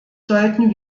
sollten